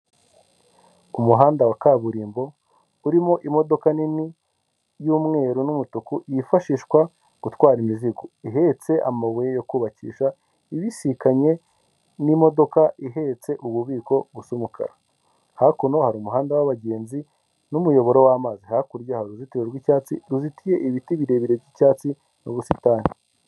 Umuhanda wa kaburimbo urimo imodoka nini y'umweru n'umutuku yifashishwa gutwara imizigo, ihetse amabuye yo kubakisha ibisikanye n'imodoka ihetse ububiko busa umukara, hakuno hari umuhanda w'abagenzi n'umuyoboro w'amazi, hakurya uruzitiro rw'icyatsi ruzitiye ibiti birebire by'icyatsi n'ubusitani.